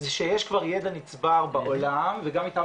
זה שיש כבר ידע נצבר בעולם וגם מטעם